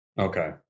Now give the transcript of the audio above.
Okay